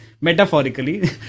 metaphorically